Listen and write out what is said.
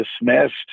dismissed